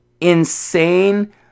insane